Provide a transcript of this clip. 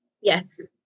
Yes